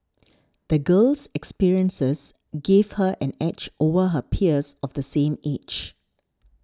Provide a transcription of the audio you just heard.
the girl's experiences gave her an edge over her peers of the same age